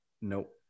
nope